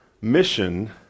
mission